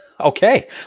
Okay